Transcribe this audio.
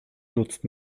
nutzt